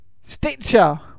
Stitcher